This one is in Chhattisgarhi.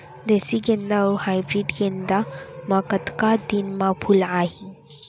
देसी गेंदा अऊ हाइब्रिड गेंदा म कतका दिन म फूल आही?